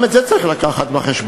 גם את זה צריך להביא בחשבון,